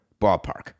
ballpark